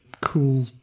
cool